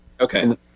okay